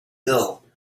ill